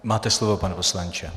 Máte slovo, pane poslanče.